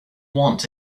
want